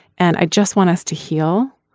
and i just want us to heal.